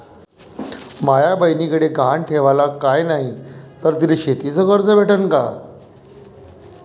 माया बयनीकडे गहान ठेवाला काय नाही तर तिले शेतीच कर्ज भेटन का?